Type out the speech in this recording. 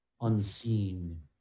unseen